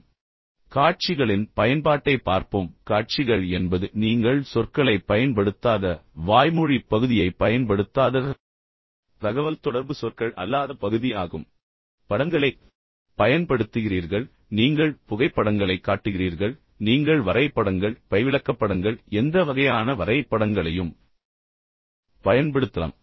இப்போது காட்சிகளின் பயன்பாட்டைப் பார்ப்போம் முதலில் காட்சிகள் என்றால் என்ன எனவே காட்சிகள் என்பது நீங்கள் சொற்களைப் பயன்படுத்தாத வாய்மொழி பகுதியைப் பயன்படுத்தாத தகவல்தொடர்பு சொற்கள் அல்லாத பகுதி ஆகும் ஆனால் படங்களைப் பயன்படுத்துகிறீர்கள் நீங்கள் புகைப்படங்களைக் காட்டுகிறீர்கள் நீங்கள் வரைபடங்கள் பை விளக்கப்படங்கள் வரைபடங்கள் எந்த வகையான வரைபடங்களையும் பயன்படுத்தலாம்